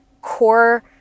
core